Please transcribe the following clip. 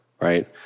right